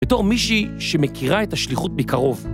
בתור מישהי שמכירה את השליחות מקרוב.